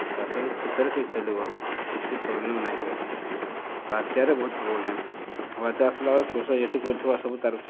ଚାଷରେ ଶୀତରେ ଟିକେ ଚଲିବ କିଛି ପ୍ରୋବ୍ଲେମ୍ ନାଇଁ ହୁଏ ବାତ୍ୟାରେ ବହୁତ ପ୍ରୋବ୍ଲେମ୍ ବାତ୍ୟା ଆସିଲା ବେଳେ କୃଷକ ଯେତେ କରିଥିବା ସବୁ ତାର୍